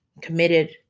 committed